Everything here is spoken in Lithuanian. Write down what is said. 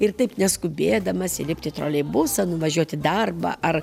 ir taip neskubėdamas įlipti į troleibusą nuvažiuot į darbą ar